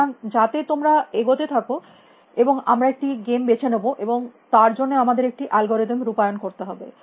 সুতরাং যাতে তোমরা এগোতে থাক এবং আমরা একটি গেম বেছে নেব এবং তার জন্য আমাদের একটি অ্যালগরিদম রুপায়ণ করতে হবে